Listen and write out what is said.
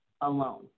alone